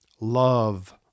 love